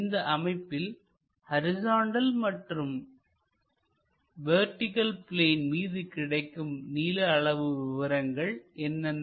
இந்த அமைப்பில் ஹரிசாண்டல் மற்றும் வெர்டிகள் பிளேன் மீது கிடைக்கும் நீள அளவு விவரங்கள் என்னென்ன